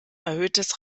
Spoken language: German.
erhöhtes